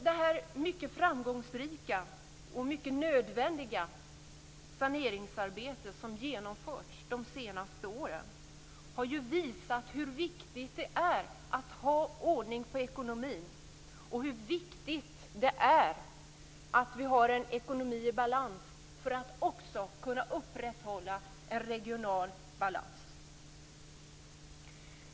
Det mycket framgångsrika och mycket nödvändiga saneringsarbete som genomförts de senaste åren har visat hur viktigt det är att ha ordning på ekonomin och hur viktigt det är att vi har en ekonomi i balans för att också kunna upprätthålla en regional balans.